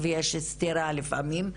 ויש סתירה לפעמים,